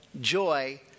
...joy